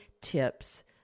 tips